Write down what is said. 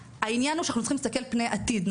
העניין הוא שאנחנו צריכים להסתכל פני עתיד.